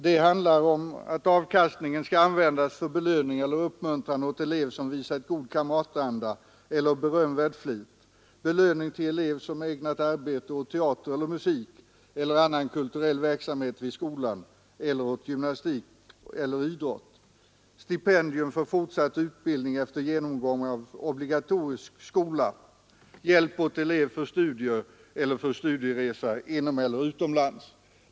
Det handlar om att avkastningen skall användas för belöning eller uppmuntran åt elev som visat god kamratanda eller berömvärd flit, för belöning till elev som ägnar arbete åt teater eller musik eller annan kulturell verksamhet vid skolan eller åt gymnastik eller idrott, för stipendium för fortsatt utbildning efter genomgång av obligatorisk skola, för hjälp åt elev för studier eller för studieresa inomeller utomlands.